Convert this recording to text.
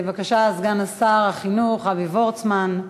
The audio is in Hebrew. בבקשה, סגן שר החינוך אבי וורצמן.